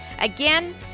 Again